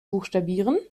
buchstabieren